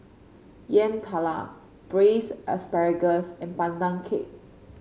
Yam Talam Braised Asparagus and Pandan Cake